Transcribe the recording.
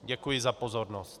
Děkuji za pozornost.